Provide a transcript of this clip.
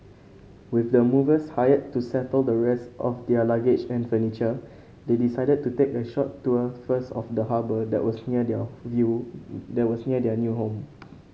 with the movers hired to settle the rest of their luggage and furniture they decided to take a short tour first of the harbour that was near their few that was near their new home